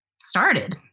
started